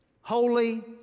holy